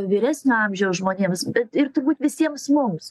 vyresnio amžiaus žmonėms bet ir turbūt visiems mums